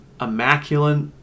immaculate